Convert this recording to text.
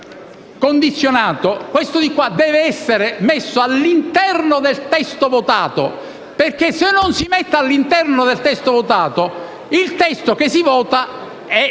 questo deve essere messo all'interno del testo votato, altrimenti, se non si mette all'interno del testo votato, il testo che si vota è